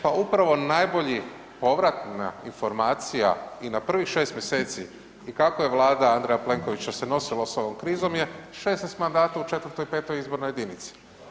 Pa upravo najbolji povratna informacija i na prvih 6 mjeseci i kako je Vlada Andreja Plenkovića se nosila s ovom krizom je 16 mandata u 4. i 5. izbornoj jedinici.